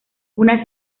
una